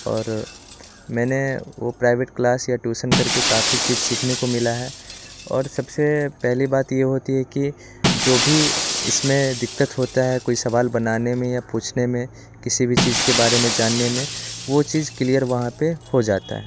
और मैंने वो प्राइवेट क्लास या ट्यूशन करके काफ़ी चीज सीखने को मिला है और सबसे पहली बात ये होती है कि जो भी इसमें दिक्कत होता है कोई सवाल बनाने में या पूछने में किसी भी चीज के बारे में जानने में वो चीज क्लीयर वहाँ पे हो जाता है